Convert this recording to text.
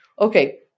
Okay